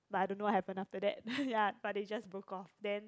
but I don't know what happened after that ya then they just broke off then